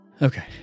Okay